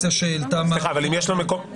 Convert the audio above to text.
אם יש לו מקום בידוד,